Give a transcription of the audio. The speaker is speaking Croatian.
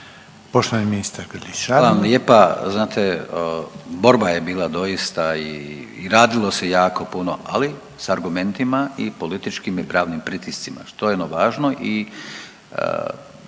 Poštovani ministar Grlić Radman.